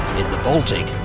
in the baltic,